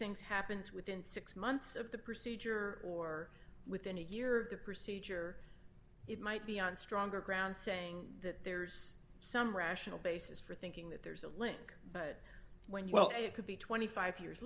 things happens within six months of the procedure or within a year of the procedure it might be on stronger ground saying that there's some rational basis for thinking that there's a link but when well it could be twenty five years